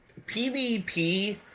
PVP